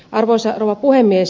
arvoisa rouva puhemies